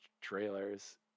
trailers